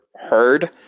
heard